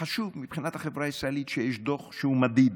חשוב מבחינת החברה הישראלית, שיש דוח שהוא מדיד.